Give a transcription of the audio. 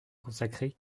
consacrer